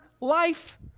life